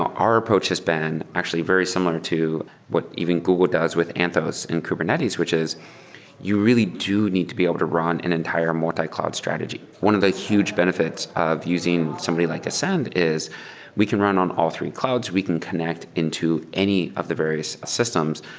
our approach has been actually very similar to what even google does with anthos and kubernetes, which is you really to need to be able to run an entire multicloud strategy. one of the huge benefits of using somebody like ascend is we can run on all three clouds. we can connect into any of the various systems.